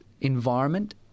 environment